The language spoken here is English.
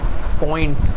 point